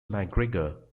mcgregor